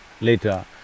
later